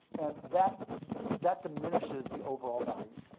and that that diminishes the overall value